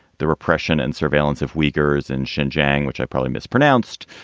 the repression and surveillance of workers, and shen jiang, which i probably mispronounced.